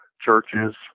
churches